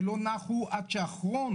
ולא נחו עד שאחרון